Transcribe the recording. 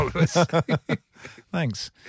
Thanks